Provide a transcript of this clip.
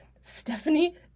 Stephanie